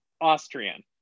Austrian